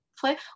play